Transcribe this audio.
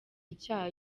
icyaha